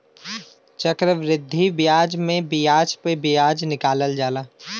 चक्रवृद्धि बियाज मे बियाज प बियाज निकालल जाला